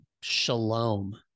Shalom